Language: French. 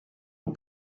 aux